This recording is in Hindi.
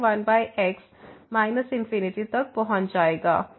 यह 1 x इंफिनिटी तक पहुंच जाएगा